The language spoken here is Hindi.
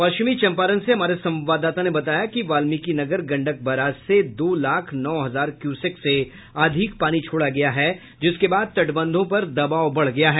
पश्चिमी चंपारण से हमारे संवाददाता ने बताया कि वाल्मिकी नगर गंडक बराज से दो लाख नौ हजार क्यूसेक से अधिक पानी छोड़ा गया है जिसके बाद तटबंधों पर दबाव बढ़ गया है